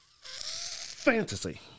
Fantasy